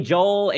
Joel